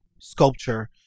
sculpture